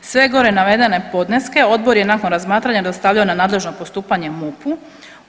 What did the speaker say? Sve gore navedene podneske, Odbor je nakon razmatranja dostavio na nadležno postupanje MUP-u.